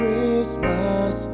Christmas